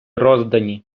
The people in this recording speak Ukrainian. роздані